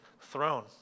throne